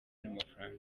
n’amafaranga